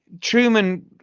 Truman